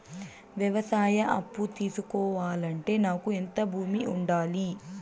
వ్యవసాయ అప్పు తీసుకోవాలంటే నాకు ఎంత భూమి ఉండాలి?